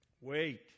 Wait